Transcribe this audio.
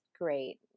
great